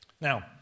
Now